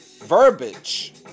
verbiage